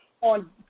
on